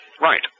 Right